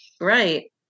Right